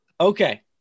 Okay